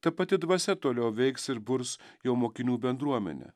ta pati dvasia toliau veiks ir burs jo mokinių bendruomenę